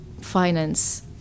finance